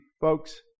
folks